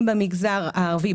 אם במגזר הערבי,